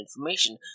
information